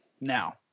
now